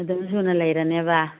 ꯑꯗꯨꯝ ꯁꯨꯅ ꯂꯩꯔꯅꯦꯕ